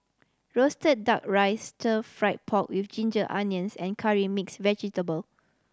roasted Duck Rice Stir Fried Pork With Ginger Onions and Curry Mixed Vegetable